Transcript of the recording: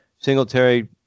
Singletary